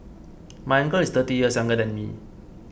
my uncle is thirty years younger than me